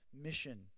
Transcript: mission